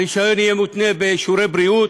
הרישיון יהיה מותנה באישורי בריאות.